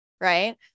right